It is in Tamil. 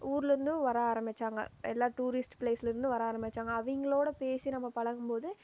ஊரிலேருந்தும் வர ஆரமித்தாங்க எல்லா டூரிஸ்ட் பிளேஸ்லேருந்தும் வர ஆரமித்தாங்க அவங்களோட பேசி நம்ம பழகும்போது